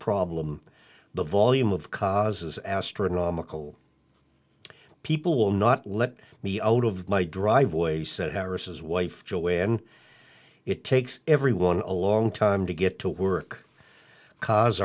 problem the volume of causes astronomical people will not let me out of my driveway said terraces wife joanne it takes everyone a long time to get to work ca